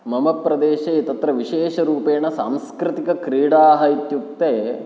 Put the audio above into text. मम प्रदेशे तत्र विशेषरूपेण सांस्कृतिकक्रीडाः इत्युक्ते